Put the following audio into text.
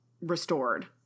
restored